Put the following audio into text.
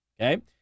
Okay